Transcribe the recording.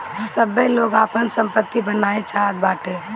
सबै लोग आपन सम्पत्ति बनाए चाहत बाटे